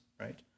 right